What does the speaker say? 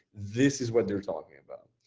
this is what they're talking about.